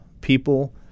people